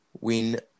win